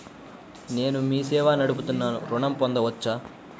నేను మీ సేవా నడుపుతున్నాను ఋణం పొందవచ్చా?